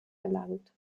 erlangt